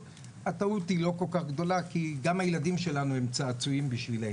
הטעות היא לא כל כך גדולה כי גם הילדים שלנו הם צעצועים בשבילנו.